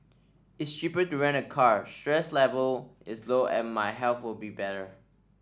it's cheaper to rent a car stress level is lower and my health will be better